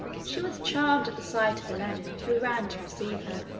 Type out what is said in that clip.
she was charmed at the sight of aladdin, who ran to receive her.